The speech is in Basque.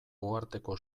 uharteko